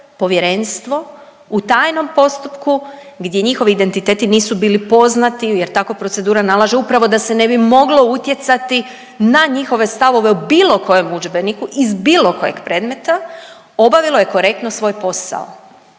Povjerenstvo u tajnom postupku gdje njihovi identiteti nisu bili poznati, jer takva procedura nalaže upravo da se ne bi moglo utjecati na njihove stavove o bilo kojem udžbeniku iz bilo kojeg predmeta obavilo je korektno svoj posao